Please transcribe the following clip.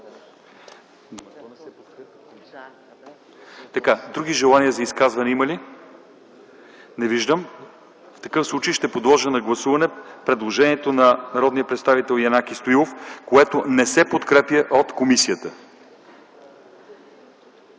други желания за изказвания? Не виждам. В такъв случай ще подложа на гласуване предложението на народния представител Янаки Стоилов, което не се подкрепя от комисията.